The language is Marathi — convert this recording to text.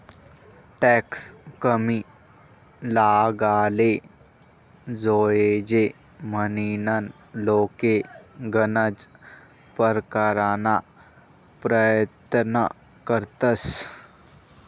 टॅक्स कमी लागाले जोयजे म्हनीन लोके गनज परकारना परयत्न करतंस